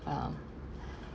um